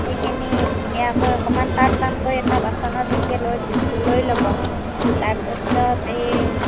সেইখিনি ধুনীয়াকৈ অকণমান টান টানকৈ এটা বাচনত সেনেকৈ লৈ লৈ ল'ব তাৰ পিছত এই